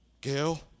Gail